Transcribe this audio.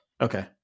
Okay